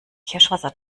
kirschwasser